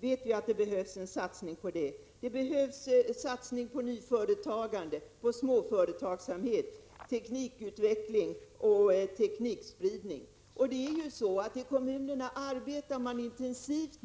Det behövs också satsning på nyföretagande, småföretagsamhet, teknikutveckling och teknikspridning. I kommunerna arbetar man nu intensivt